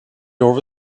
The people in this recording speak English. over